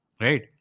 Right